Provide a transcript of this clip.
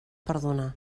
perdonar